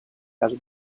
caso